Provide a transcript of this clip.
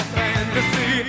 fantasy